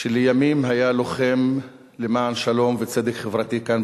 שלימים היה לוחם למען שלום וצדק חברתי כאן,